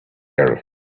girl